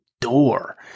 door